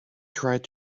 tried